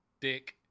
Dick